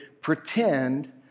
pretend